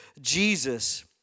Jesus